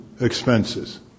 expenses